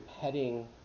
petting